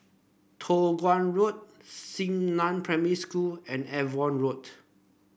Toh Guan Road Xingnan Primary School and Avon Road